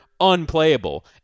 unplayable